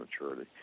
maturity